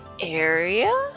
area